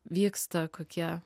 vyksta kokie